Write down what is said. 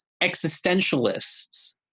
existentialists